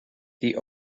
the